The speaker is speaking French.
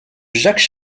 jacques